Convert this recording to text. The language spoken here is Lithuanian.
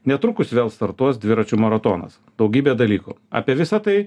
netrukus vėl startuos dviračių maratonas daugybė dalykų apie visa tai